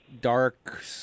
dark